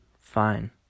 Fine